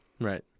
Right